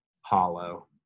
hollow